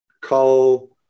call